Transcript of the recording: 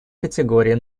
категории